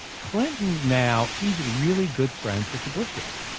clinton, now, he's really good friends with the bushes,